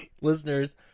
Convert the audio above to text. listeners